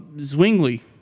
Zwingli